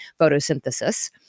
photosynthesis